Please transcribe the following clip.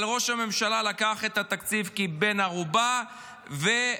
אבל ראש הממשלה לקח את התקציב כבן ערובה וגרם